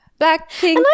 Blackpink